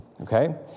okay